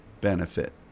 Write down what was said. benefit